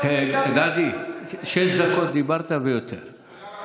גדי, שש דקות דיברת, ויותר.